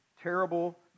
terrible